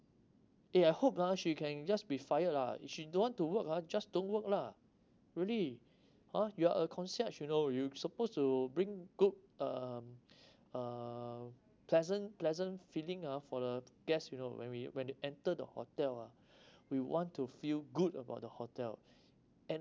eh I hope lah she can just be fired lah she don't want to work ah just don't work lah really ah your uh concierge you supposed to bring good um uh uh pleasant pleasant feeling ah for the guest you know when we when we entered the hotel ah we want to feel good about the hotel and